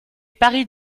paris